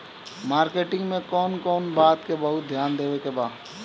Marketing मे कौन कौन बात के बहुत ध्यान देवे के बा?